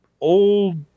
old